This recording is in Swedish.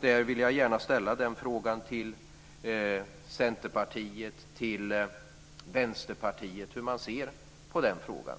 Jag vill gärna fråga Centerpartiet och Vänsterpartiet hur man ser på den frågan.